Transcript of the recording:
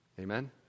Amen